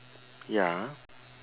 ya